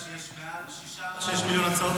אתה יודע שיש מעל שישה מיליון הצעות